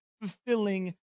fulfilling